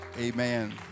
Amen